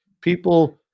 people